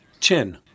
chin